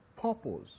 purpose